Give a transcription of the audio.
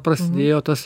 prasidėjo tas